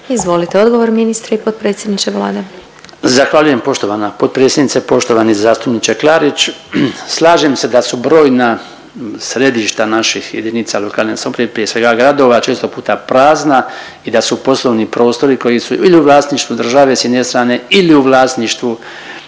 Izvolite odgovor ministre i potpredsjedniče Vlade. **Bačić, Branko (HDZ)** Zahvaljujem. Poštovana potpredsjednice, poštovani zastupniče Klarić. Slažem se da su brojna središta naših jedinica lokalne samouprave, prije svega gradova često puta prazna i da su poslovni prostori koji su ili u vlasništvu države s jedne strane ili u vlasništvu